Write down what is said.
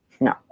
No